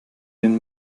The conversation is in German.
den